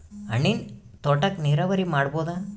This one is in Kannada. ಹಣ್ಣಿನ್ ತೋಟಕ್ಕ ನೀರಾವರಿ ಮಾಡಬೋದ?